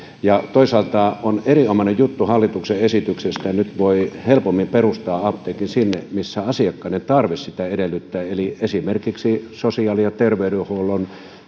toisaalta on erinomainen juttu hallituksen esityksessä että nyt voi helpommin perustaa apteekin sinne missä asiakkaiden tarve sitä edellyttää eli esimerkiksi sosiaali ja terveydenhuollon